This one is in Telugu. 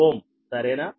3575∟780Ω సరేనా